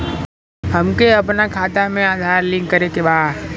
हमके अपना खाता में आधार लिंक करें के बा?